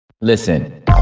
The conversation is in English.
Listen